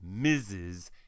mrs